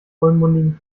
vollmundigen